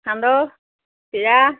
সান্দহ চিৰা